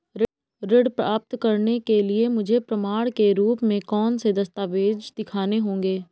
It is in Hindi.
ऋण प्राप्त करने के लिए मुझे प्रमाण के रूप में कौन से दस्तावेज़ दिखाने होंगे?